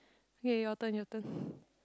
okay your turn your turn